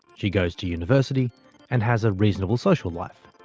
she goes to university and has a reasonable social life.